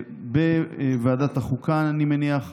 בוועדת החוקה, אני מניח,